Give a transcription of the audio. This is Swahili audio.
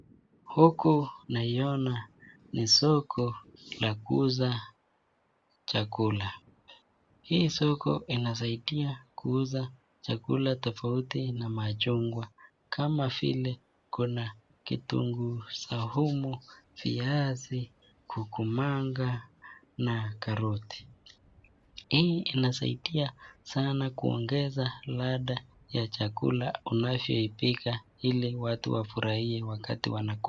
Huku naiona ni soko la kuuza chakula. Hii soko inasaidia kuuza chakula tofauti tofauti na machungwa kama vile kuna kitunguu saumu, viazi, kukumanga na karoti. Hii inasaidia sanaa kuongeza ladha ya chakula unavyo ipika ili watu wafurahie wakati wanakula.